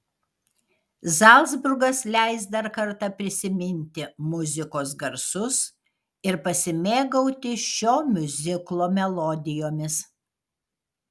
zalcburgas leis dar kartą prisiminti muzikos garsus ir pasimėgauti šio miuziklo melodijomis